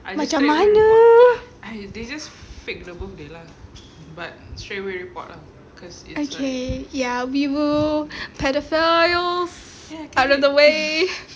macam mana okay ya paedophiles out of the way